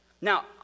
Now